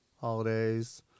holidays